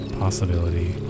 possibility